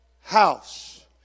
house